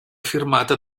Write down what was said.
firmata